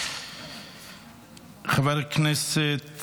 חבר הכנסת